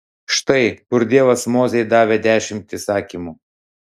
štai kur dievas mozei davė dešimt įsakymų